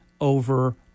over